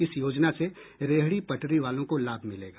इस योजना से रेहड़ी पटरी वालो को लाभ मिलेगा